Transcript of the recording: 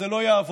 זה לא יעבוד.